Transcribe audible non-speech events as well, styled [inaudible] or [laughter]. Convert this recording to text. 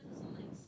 [breath]